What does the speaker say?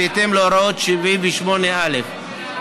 בהתאם להוראות סעיף 78א לחוק.